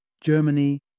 Germany